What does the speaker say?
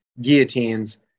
guillotines